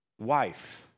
wife